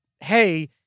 Hey